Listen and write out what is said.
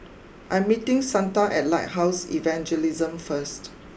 I'm meeting Santa at Lighthouse Evangelism first